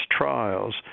trials